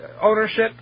ownership